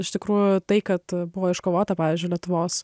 iš tikrųjų tai kad buvo iškovota pavyzdžiui lietuvos